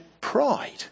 pride